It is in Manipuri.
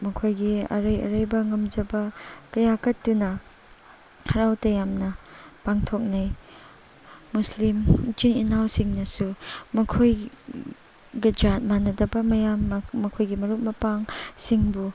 ꯃꯈꯣꯏꯒꯤ ꯑꯔꯩ ꯑꯔꯩꯕ ꯉꯝꯖꯕ ꯀꯌꯥ ꯀꯠꯇꯨꯅ ꯍꯔꯥꯎ ꯇꯌꯥꯝꯅ ꯄꯥꯡꯊꯣꯛꯅꯩ ꯃꯨꯁꯂꯤꯝ ꯏꯆꯤꯟ ꯏꯅꯥꯎꯁꯤꯡꯅꯁꯨ ꯃꯈꯣꯏꯒ ꯖꯥꯠ ꯃꯥꯟꯟꯗꯕ ꯃꯌꯥꯝ ꯃꯈꯣꯏꯒꯤ ꯃꯔꯨꯞ ꯃꯄꯥꯡꯁꯤꯡꯕꯨ